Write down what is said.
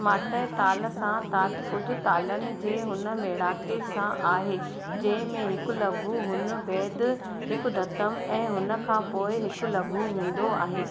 माटय ताल सां तात्पुज तालनि जे हुन मेड़ाके सां आहे जंहिं में हिकु लघु हुन बैदि हिकु धतम ऐं हुन खां पोएं हिकु लघु हूंदो आहे